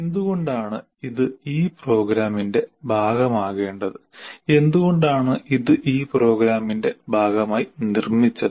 എന്തുകൊണ്ടാണ് ഇത് ഈ പ്രോഗ്രാമിന്റെ ഭാഗമാകേണ്ടത് എന്തുകൊണ്ടാണ് ഇത് ഈ പ്രോഗ്രാമിന്റെ ഭാഗമായി നിർമ്മിച്ചത്